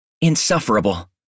Insufferable